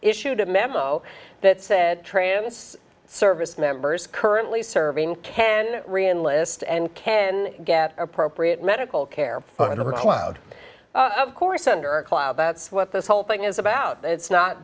issued a memo that said trans service members currently serving and rian list and can get appropriate medical care for the cloud of course under a cloud that's what this whole thing is about it's not